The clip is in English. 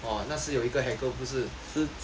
哇那时是有一个 hacker 不是